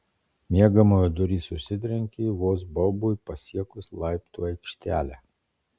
miegamojo durys užsitrenkė vos baubui pasiekus laiptų aikštelę